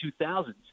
2000s